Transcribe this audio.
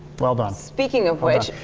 well done. speaking of which.